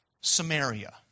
Samaria